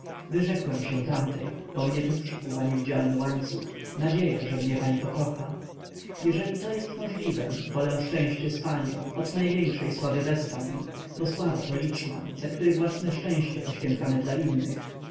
wyrzekłem się tamtej bo mnie tu przykuwa niewidzialny łańcuch nadzieja że mnie pani pokocha jeżeli to jest możliwem wolę szczęście z panią od największej sławy bez pani bo sława to liczman za który własne szczęście poświęcamy dla innych